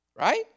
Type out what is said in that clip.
Right